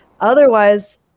otherwise